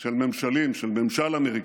של ממשלים, של ממשל אמריקני.